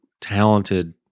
talented